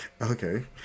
Okay